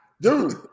dude